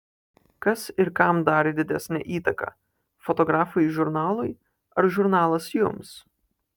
kas ir kam darė didesnę įtaką fotografai žurnalui ar žurnalas jums